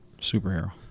Superhero